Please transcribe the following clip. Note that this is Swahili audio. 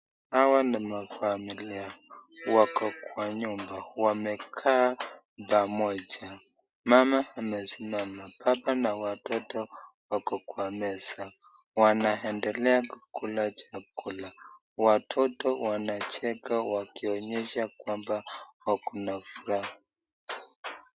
Hawa ni wa familia wako kwa nyumba wamekaa pamoja , mama amesimama hapa na watoto wako kwa meza wanaendelea kukula chakula , watoto wanacheka wakionyesha kwamba wako na furaha.